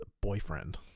boyfriend